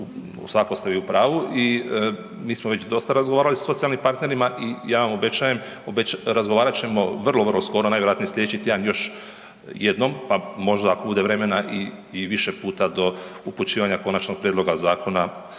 svakako ste vi u pravu i mi smo već dosta razgovarali sa socijalnim partnerima i ja vam obećajem razgovarat ćemo vrlo vrlo skoro, najvjerojatnije slijedeći tjedan još jednom, pa možda ako bude vremena i, i više puta do upućivanja konačnog prijedloga zakona